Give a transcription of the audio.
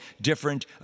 different